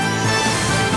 התשע"ג 2012,